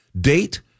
date